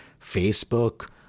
Facebook